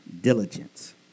diligence